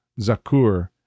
Zakur